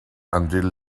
until